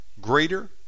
greater